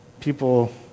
People